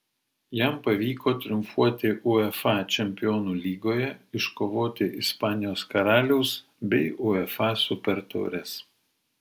jam pavyko triumfuoti uefa čempionų lygoje iškovoti ispanijos karaliaus bei uefa supertaures